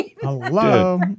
hello